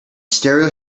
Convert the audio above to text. stereo